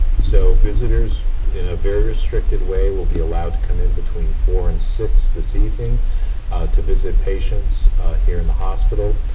so visitors in a very restricted way will be allowed to come in between four and six this evening to visit patients here in the hospital.